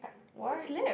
what